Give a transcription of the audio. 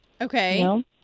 Okay